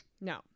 no